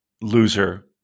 Loser